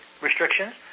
Restrictions